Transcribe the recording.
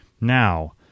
Now